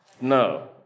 No